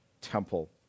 temple